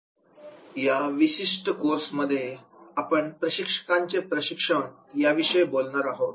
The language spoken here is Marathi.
या विशिष्ट कोर्समध्ये आपण प्रशिक्षकांचे प्रशिक्षण याविषयी बोलणार आहोत